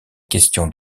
question